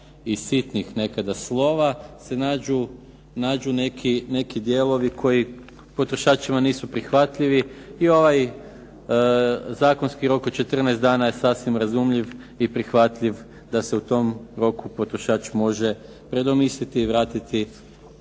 i sitnih nekada slova se nađu neki dijelovi koji potrošačima nisu prihvatljivi i ovaj zakonski rok od 14 dana je sasvim razumljiv i prihvatljiv da se u tom roku potrošač može predomisliti i vratiti